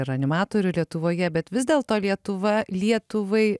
ir animatorių lietuvoje bet vis dėlto lietuva lietuvai